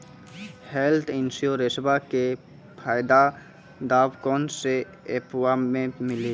Health इंश्योरेंसबा के फायदावा कौन से ऐपवा पे मिली?